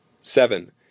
Seven